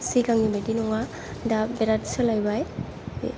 सिगांनि बायदि नङा दा बेराद सोलायबाय